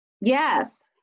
Yes